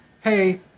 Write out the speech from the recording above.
hey